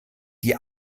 die